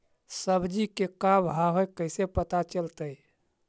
सब्जी के का भाव है कैसे पता चलतै?